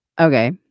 okay